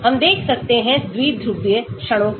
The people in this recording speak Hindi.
हम देख सकते हैं द्विध्रुवीय क्षणों को